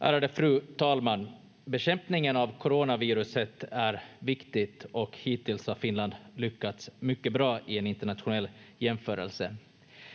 Ärade fru talman! Bekämpningen av coronaviruset är viktig och hittills har Finland lyckats mycket bra i en internationell jämförelse.